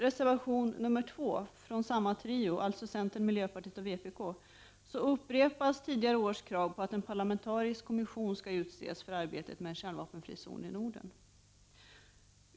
Reservation nr 2 från samma trio — alltså centern, vpk och miljöpartiet — upprepar tidigare års krav på att en parlamentarisk kommission utses för arbetet med en kärnvapenfri zon i Norden.